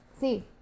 See